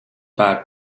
bad